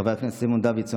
חבר הכנסת סימון דוידסון,